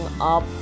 up